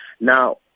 Now